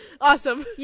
Awesome